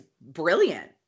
brilliant